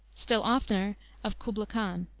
still oftener of kubla khan.